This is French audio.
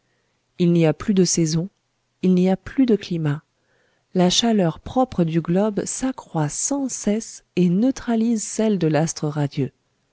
il n'y plus de saisons il n'y a plus de climats la chaleur propre du globe s'accroît sans cesse et neutralise celle de l'astre radieux